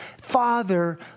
Father